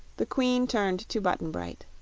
the queen turned to button-bright.